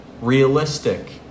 realistic